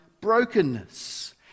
brokenness